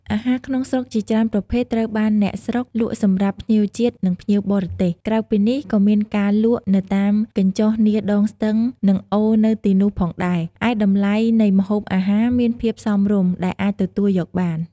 អាហារក្នុងស្រុកជាច្រើនប្រភេទត្រូវបានអ្នកស្រុកលក់សម្រាប់ ភ្ញៀវជាតិ និងភ្ញៀវបរទេស ក្រៅពីនេះក៏មានការលក់នៅតាមកញ្ចុះនាដងស្ទឹងនឹងអូរនៅទីនោះផងដែរ ឯតម្លៃនៃម្ហូបអាហារមានភាពសមរម្យដែលអាចទទួលយកបាន។